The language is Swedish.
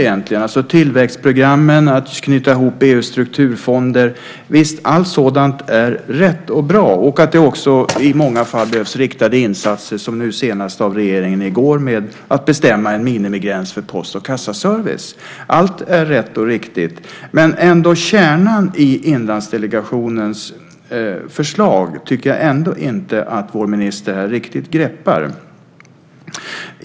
Det handlar om tillväxtprogrammen och att knyta ihop EU:s strukturfonder. Allt sådant är rätt och bra. Det behövs också i många fall riktade insatser, som nu senast av regeringen i går med att bestämma en minimigräns för post och kassaservice. Allt är rätt och riktigt. Men jag tycker ändå inte att vår minister riktigt greppar kärnan i Inlandsdelegationens förslag.